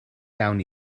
iawn